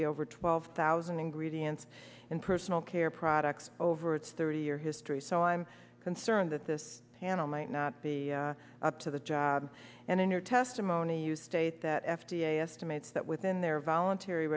the over twelve thousand and greedy ants in personal care products over its thirty year history so i'm concerned that this panel might not be up to the job and in your testimony you state that f d a estimates that within their voluntary